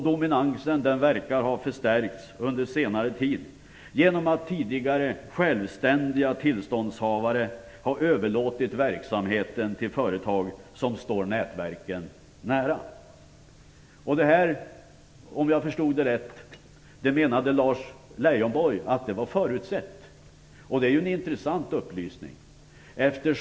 Dominansen verkar har förstärkts under senare tid genom att tidigare självständiga tillståndshavare har överlåtit verksamheten till företag som står nätverken nära. Om jag förstod rätt menade Lars Leijonborg att den utvecklingen var förutsedd. Det är en intressant upplysning.